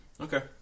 Okay